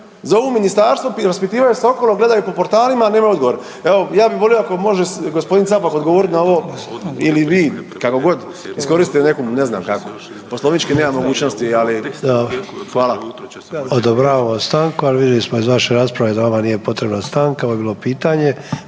Odobravamo stanku, ali vidjeli smo iz vaše rasprave da vama nije potrebna stanka. Ovo je bilo pitanje,